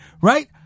Right